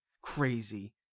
crazy